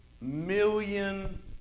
million